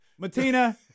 Matina